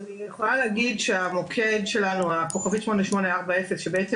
אני יכולה להגיע שהמוקד שלנו *8840 שבעצם